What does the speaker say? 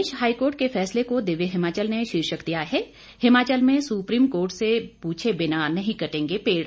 प्रदेश high court के फैसले को दिव्य हिमाचल ने शीर्षक दिया है हिमाचल में सुप्रीम कोर्ट से पूछे बिना नहीं कटेंगे पेड़